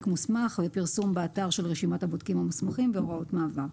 מוסמך ופרסום באתר של רשימת הבודקים המוסמכים והוראות מעבר.